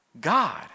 God